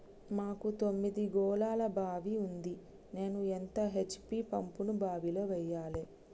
మాకు తొమ్మిది గోళాల బావి ఉంది నేను ఎంత హెచ్.పి పంపును బావిలో వెయ్యాలే?